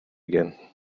again